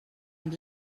amb